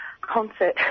concert